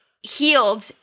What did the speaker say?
healed